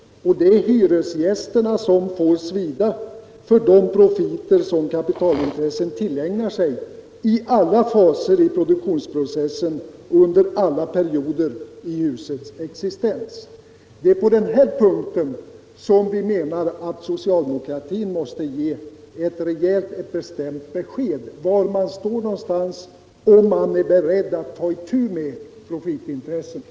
Och det är hyresgästerna som får svida för de profiter som kapitalintressena tillägnar sig i alla faser i produktionsprocessen och under hela perioden i husets existens. Det är på den här punkten som vi menar att socialdemokratin måste ge ett bestämt besked om var man står någonstans och om man är beredd att ta itu med profitintressena.